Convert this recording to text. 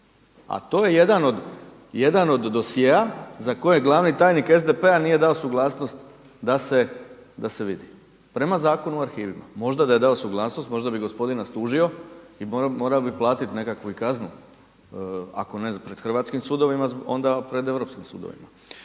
A to je jedan od dosjea za koje glavni tajnik SDP-a nije dao suglasnost da se vidi, prema Zakonu o arhivima. Možda da je dao suglasnost možda bi gospodin nas tužio i morao bi platiti nekakvu i kaznu ako ne pred hrvatskim sudovima onda pred europskim sudovima.